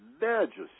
majesty